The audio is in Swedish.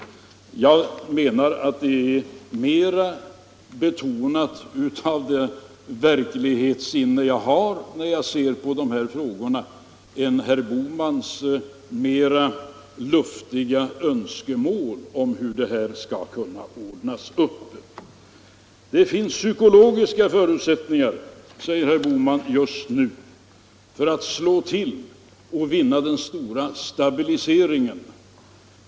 Jag menar att det mera är betonat av det verklighetssinne jag har när jag ser på dessa frågor än herr Bohmans mera luftiga önskemål om hur det hela skall kunna ordnas upp. Det finns psykologiska förutsättningar just nu, säger herr Bohman, för att slå till och vinna den stora stabiliseringen.